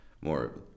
more